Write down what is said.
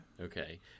Okay